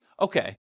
okay